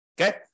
okay